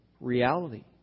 reality